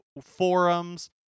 forums